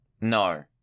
No